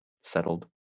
settled